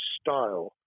style